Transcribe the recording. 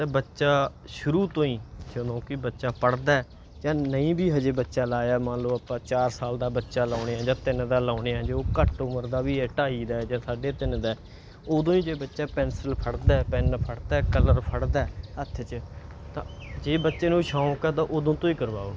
ਅਤੇ ਬੱਚਾ ਸ਼ੁਰੂ ਤੋਂ ਹੀ ਜਦੋਂ ਕਿ ਬੱਚਾ ਪੜ੍ਹਦਾ ਜਾਂ ਨਹੀਂ ਵੀ ਅਜੇ ਬੱਚਾ ਲਾਇਆ ਮੰਨ ਲਓ ਆਪਾਂ ਚਾਰ ਸਾਲ ਦਾ ਬੱਚਾ ਲਾਉਂਦੇ ਹਾਂ ਜਾਂ ਤਿੰਨ ਦਾ ਲਾਉਂਦੇ ਹਾਂ ਜੇ ਉਹ ਘੱਟ ਉਮਰ ਦਾ ਵੀ ਹੈ ਢਾਈ ਦਾ ਜਾਂ ਸਾਢੇ ਤਿੰਨ ਦਾ ਉਦੋਂ ਹੀ ਜੇ ਬੱਚਾ ਪੈਨਸਿਲ ਫੜਦਾ ਪੈਨ ਫੜਦਾ ਕਲਰ ਫੜਦਾ ਹੱਥ 'ਚ ਤਾਂ ਜੇ ਬੱਚੇ ਨੂੰ ਸ਼ੌਕ ਆ ਤਾਂ ਉਦੋਂ ਤੋਂ ਹੀ ਕਰਵਾਓ